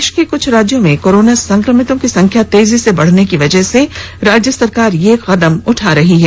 देश के कुछ राज्यों में कोरोना संक्रमितों की संख्या तेजी से बढ़ने की वजह से राज्य सरकार यह कदम उठा रही है